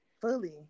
fully